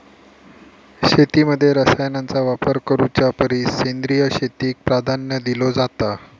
शेतीमध्ये रसायनांचा वापर करुच्या परिस सेंद्रिय शेतीक प्राधान्य दिलो जाता